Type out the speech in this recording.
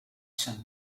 some